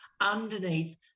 underneath